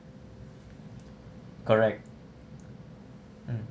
correct mm